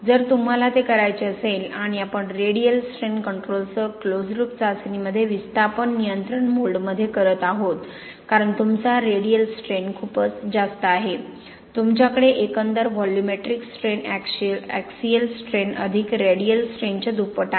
जर तुम्हाला ते करायचे असेल आणि आपण रेडियल स्ट्रेन कंट्रोलसह क्लोज लूप चाचणीमध्ये विस्थापन नियंत्रण मोल्डमध्ये करत आहोत कारण तुमचा रेडियल स्ट्रेन खूपच जास्त आहे तुमच्याकडे एकंदर व्हॉल्यूमेट्रिक स्ट्रेन ऍक्सिअल स्ट्रैन अधिक रेडियल स्ट्रेनच्या दुप्पट आहे